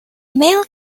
male